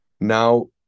now